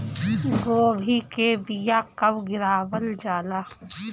गोभी के बीया कब गिरावल जाला?